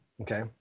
okay